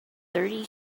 thirty